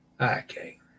okay